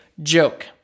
joke